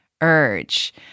urge